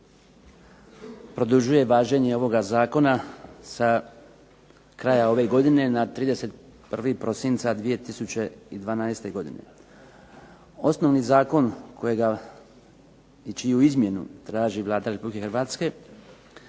produžuje važenje ovoga zakona sa kraja ove godine na 31. prosinca 2012. godine. Osnovni zakon kojega i čiju izmjenu traži Vlada Republike Hrvatske